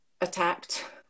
attacked